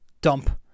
dump